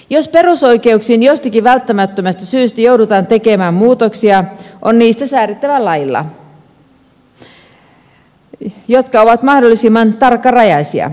jos perusoikeuksiin jostakin välttämättömästä syystä joudutaan tekemään muutoksia on niistä säädettävä laeilla jotka ovat mahdollisimman tarkkarajaisia